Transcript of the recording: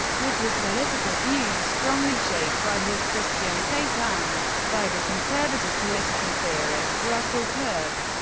with his political views strongly shaped by his christian faith and by the conservative political theorist russell kirk.